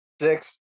Six